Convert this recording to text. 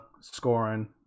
scoring